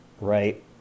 right